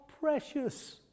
precious